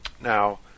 Now